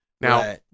Now